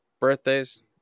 Birthdays